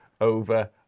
over